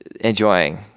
enjoying